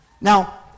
Now